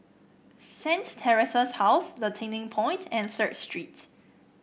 Saint Theresa's House The Turning Point and Third Street